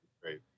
great